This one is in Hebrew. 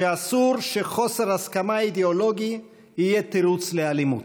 שאסור שחוסר הסכמה אידיאולוגי יהיה תירוץ לאלימות.